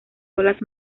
olas